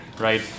right